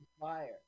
fire